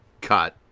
cut